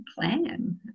plan